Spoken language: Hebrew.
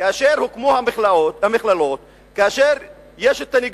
כאשר הוקמו המכללות, כאשר יש נגישות,